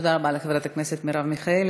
תודה רבה לחברת הכנסת מרב מיכאלי.